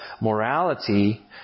morality